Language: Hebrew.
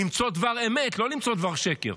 למצוא דבר אמת, לא למצוא דבר שקר.